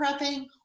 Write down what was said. prepping